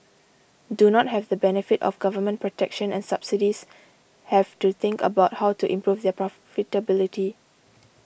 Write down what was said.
do not have the benefit of government protection and subsidies have to think about how to improve their profitability